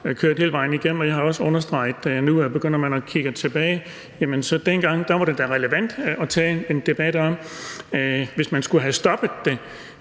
haft hele vejen igennem, og jeg har også understreget nu, at begynder man at kigge tilbage, så var det da dengang relevant at tage en debat om det, hvis man skulle have stoppet det.